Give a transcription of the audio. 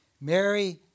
Mary